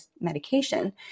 medication